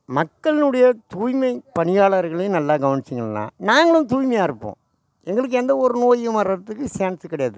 மக்களுனுடைய தூய்மை பணியாளர்களையும் நல்லா கவனிச்சீங்கள்னால் நாங்களும் தூய்மையாக இருப்போம் எங்களுக்கு எந்தவொரு நோயும் வர்றதுக்கு சான்ஸு கிடையாது